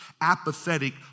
apathetic